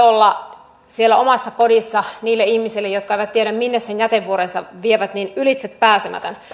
olla siellä omassa kodissa niille ihmisille jotka eivät tiedä minne sen jätevuorensa vievät ylitsepääsemätön